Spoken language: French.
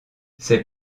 ces